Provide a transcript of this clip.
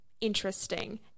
interesting